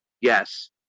yes